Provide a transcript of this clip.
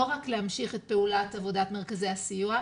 רק להמשיך את פעולת עבודת מרכזי הסיוע,